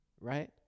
right